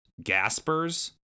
gaspers